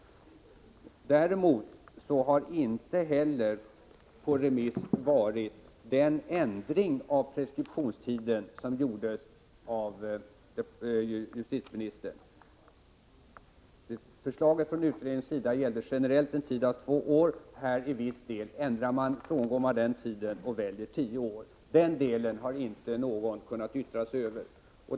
Justitieministerns förslag till ändring av preskriptionstiden har däremot delvis varit på remiss. Förslaget från utredningen var en generell preskriptionstid på två år, men justitieministern frångår detta förslag och väljer tio år. Denna del av förslaget har inte någon kunnat yttra sig över.